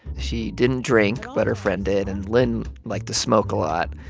she didn't drink, but her friend did. and lyn liked to smoke a lot.